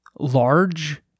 Large